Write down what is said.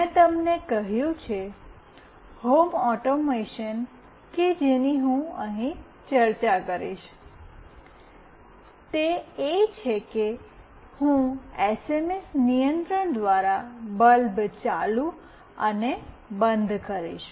મેં તમને કહ્યું છે હોમ ઓટોમેશન કે જેની હું અહીં ચર્ચા કરીશ તે એ છે કે હું એસએમએસ નિયંત્રણ દ્વારા બલ્બ ચાલુ અને બંધ કરીશ